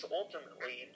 ultimately